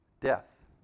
death